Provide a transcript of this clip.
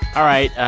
all right,